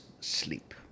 sleep